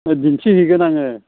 दिन्थिहैगोन आङो